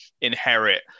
inherit